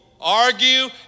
argue